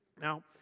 Now